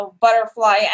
Butterfly